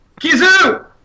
Kizu